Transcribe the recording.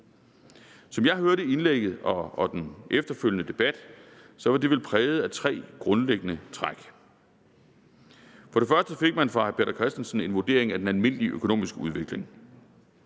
Som jeg hørte indlægget og den efterfølgende debat, var det vel præget af tre grundlæggende træk. For det første fik man fra hr. Peter Christensens side en vurdering af den almindelige økonomiske udvikling,